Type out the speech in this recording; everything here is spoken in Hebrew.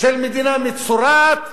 של מדינה מצורעת,